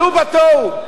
עלו בתוהו.